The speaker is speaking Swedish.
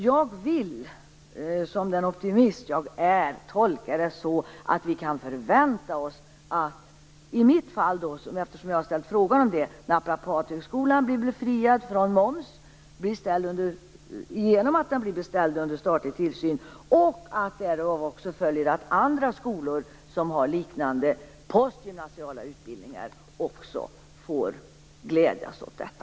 Jag vill, som den optimist jag är, tolka det så att vi i mitt fall, eftersom det är jag som har ställt en fråga om det, kan förvänta oss att Naprapathögskolan blir befriad från moms genom att den blir ställd under statlig tillsyn, och att det därav även följer att andra skolor som har liknande postgymnasiala utbildningar också får glädjas åt detta.